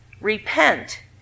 Repent